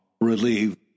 relieved